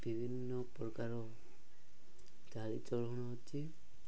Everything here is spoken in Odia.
ବିଭିନ୍ନ ପ୍ରକାର ଚାଳି ଚଳଣ ଅଛି